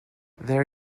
there